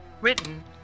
Written